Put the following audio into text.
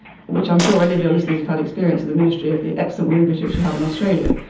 which i'm sure any of your listeners who've had experience of the ministry of the excellent women bishops you have in australia,